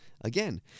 again